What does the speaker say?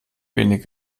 wenig